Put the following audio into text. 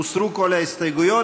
הוסרו כל ההסתייגויות.